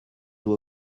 doit